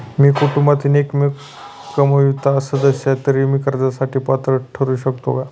मी कुटुंबातील एकमेव कमावती सदस्य आहे, तर मी कर्जासाठी पात्र ठरु शकतो का?